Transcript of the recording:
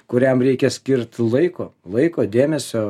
kuriam reikia skirt laiko laiko dėmesio